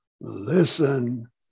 listen